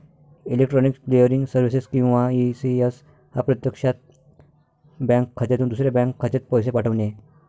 electronic clearing services किंवा ECS हा प्रत्यक्षात बँक खात्यातून दुसऱ्या बँक खात्यात पैसे पाठवणे